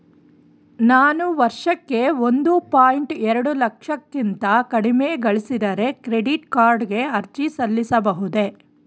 ನಾನು ವರ್ಷಕ್ಕೆ ಒಂದು ಪಾಯಿಂಟ್ ಎರಡು ಲಕ್ಷಕ್ಕಿಂತ ಕಡಿಮೆ ಗಳಿಸಿದರೆ ಕ್ರೆಡಿಟ್ ಕಾರ್ಡ್ ಗೆ ಅರ್ಜಿ ಸಲ್ಲಿಸಬಹುದೇ?